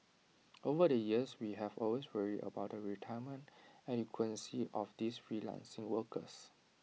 over the years we have always worried about the retirement adequacy of these freelancing workers